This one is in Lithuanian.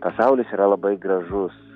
pasaulis yra labai gražus